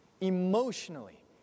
emotionally